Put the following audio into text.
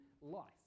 life